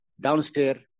downstairs